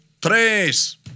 tres